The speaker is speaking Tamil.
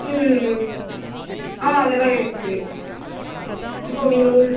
ம் ஆ அதெல்லாம் இருக்குது இப்போது நீங்கள் ஒரு